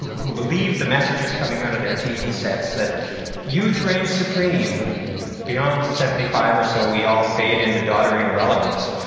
who believed the messages coming out on their tv sets that youth reigns supreme and beyond seventy five or so, we all fade into dottering irrelevance,